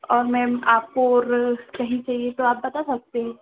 और मैम आपको और कहीं चाहिए तो आप बता सकते हैं